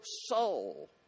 soul